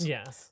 Yes